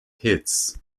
hits